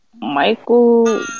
Michael